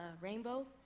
rainbow